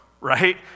right